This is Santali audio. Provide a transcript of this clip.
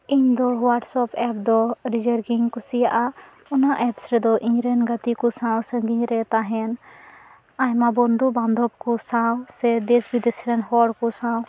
ᱤᱧ ᱫᱚ ᱦᱳᱭᱟᱴᱥᱳᱯ ᱮᱯ ᱫᱚ ᱟᱹᱰᱤ ᱡᱳᱨᱜᱮᱧ ᱠᱩᱥᱤᱭᱟᱜᱼᱟ ᱚᱱᱟ ᱮᱯᱥ ᱨᱮᱫᱚ ᱤᱧ ᱨᱮᱱ ᱜᱟᱛᱮ ᱠᱚ ᱥᱟᱶ ᱥᱟᱸᱜᱤᱧ ᱨᱮ ᱛᱟᱦᱮᱸᱱ ᱟᱭᱢᱟ ᱵᱩᱱᱫᱷᱩ ᱵᱟᱱᱫᱷᱚᱵ ᱠᱚ ᱥᱟᱶ ᱥᱮ ᱫᱮᱥ ᱵᱤᱫᱮᱥ ᱨᱮᱱ ᱦᱚᱲ ᱠᱚ ᱥᱟᱶ